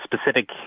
specific